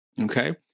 Okay